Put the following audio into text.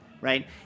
right